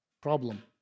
problem